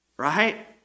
Right